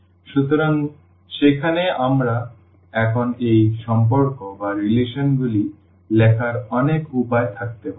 সুতরাং সেখানে আমরা এখন এই সম্পর্কগুলি লেখার অনেক উপায় থাকতে পারি